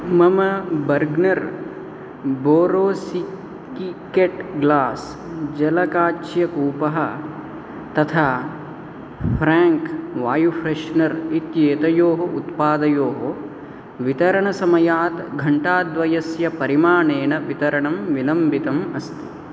मम Bergner borosilicate glass जलकाच्यकूपः तथा प्राङ्क् वायु फ़्रेश्नर् इत्येतयोः उत्पादयोः वितरणसमयात् घण्टाद्वयस्य परिमाणेन वितरणं विलम्बितम् अस्ति